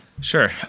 Sure